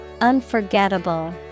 Unforgettable